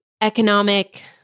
economic